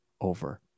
over